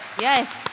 Yes